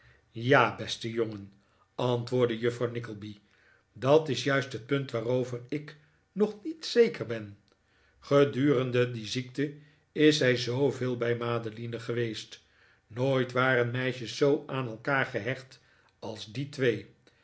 ja beste jongen antwoordde juffrouw nickleby dat is juist het punt waarover ik nog niet zeker ben gedurende die ziekte is zij zooveel bij madeline geweest nooit waren meisjes zoo aan elkaar gehecht als die twee